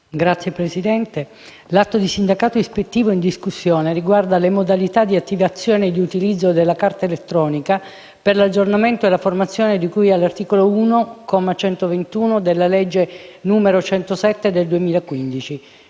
Signora Presidente, l'atto di sindacato ispettivo in discussione riguarda le modalità di attivazione e di utilizzo della Carta elettronica per l'aggiornamento e la formazione di cui all'articolo 1, comma 121, della legge n. 107 del 2015.